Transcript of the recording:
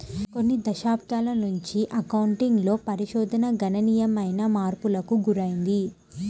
కొన్ని దశాబ్దాల నుంచి అకౌంటింగ్ లో పరిశోధన గణనీయమైన మార్పులకు గురైంది